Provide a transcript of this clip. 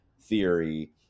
theory